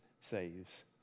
saves